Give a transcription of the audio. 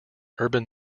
urban